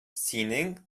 синең